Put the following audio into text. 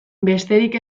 besterik